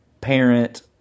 parent